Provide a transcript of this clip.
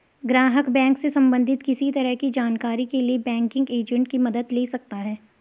ग्राहक बैंक से सबंधित किसी तरह की जानकारी के लिए बैंकिंग एजेंट की मदद ले सकता है